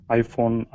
iPhone